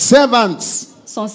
Servants